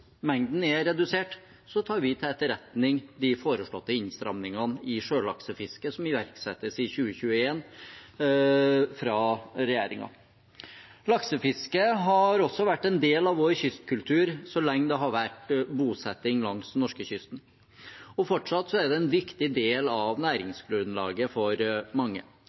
er redusert, tar vi til etterretning de foreslåtte innstrammingene i sjølaksefisket som iverksettes i 2021 fra regjeringen. Laksefisket har også vært en del av vår kystkultur så lenge det har vært bosetting langs norskekysten, og fortsatt er det en viktig del av næringsgrunnlaget for mange.